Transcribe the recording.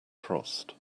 crossed